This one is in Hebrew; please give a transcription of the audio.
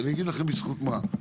אז אגיד לכם בזכות מה.